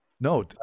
no